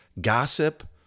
gossip